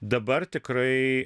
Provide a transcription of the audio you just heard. dabar tikrai